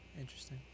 Interesting